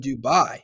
Dubai